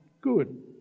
good